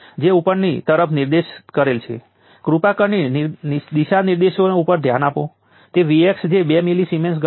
મને કેપેસિટરના વેવફોર્મ સ્વરૂપને વ્યાખ્યાયિત કરવા દો